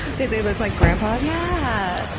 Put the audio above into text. they they look like grandpas? yeah!